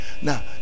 now